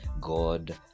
god